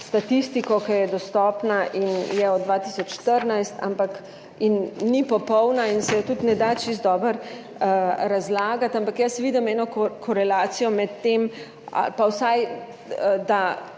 statistiko, ki je dostopna in je od 2014 in ni popolna in se je tudi ne da čisto dobro razlagati, ampak jaz vidim eno korelacijo med tem ali pa vsaj to, da